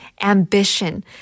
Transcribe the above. ambition